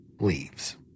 leaves